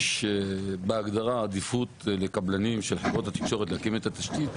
יש בהגדרה עדיפות לקבלנים של חברות התקשורת להקים את התשתית,